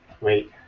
wait